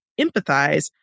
empathize